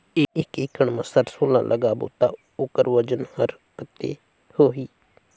एक एकड़ मा सरसो ला लगाबो ता ओकर वजन हर कते होही?